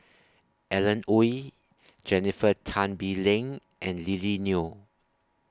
Alan Oei Jennifer Tan Bee Leng and Lily Neo